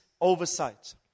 oversight